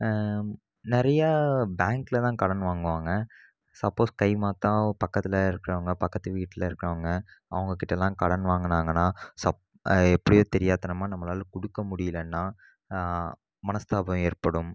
நிறைய பேங்க்லெலாம் கடன் வாங்குவாங்க சப்போஸ் கை மாற்றா பக்கத்தில் இருக்கிறவங்க பக்கத்து வீட்டில் இருக்கவங்க அவங்க கிட்டெலாம் கடன் வாங்கினாங்கன்னா எப்படியோ தெரியாதனமாக நம்மளால் கொடுக்க முடியலைன்னா மனஸ்தாபம் ஏற்படும்